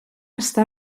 està